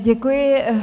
Děkuji.